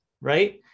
right